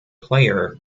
player